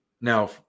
Now